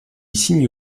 signe